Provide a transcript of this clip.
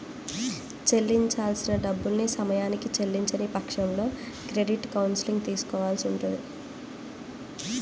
చెల్లించాల్సిన డబ్బుల్ని సమయానికి చెల్లించని పక్షంలో క్రెడిట్ కౌన్సిలింగ్ తీసుకోవాల్సి ఉంటది